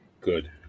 Good